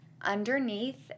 underneath